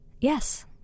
Yes